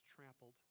trampled